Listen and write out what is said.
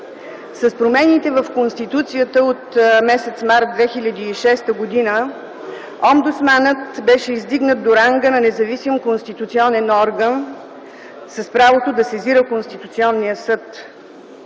С промените в Конституцията от м. март 2006 г. омбудсманът беше издигнат до ранга на независим конституционен орган, с правото да сезира Конституционният съд.